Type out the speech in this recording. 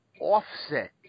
Offset